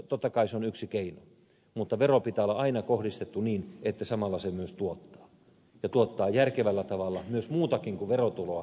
totta kai se on yksi keino mutta veron pitää olla aina kohdistettu niin että samalla se myös tuottaa ja tuottaa järkevällä tavalla myös muutakin kuin verotuloa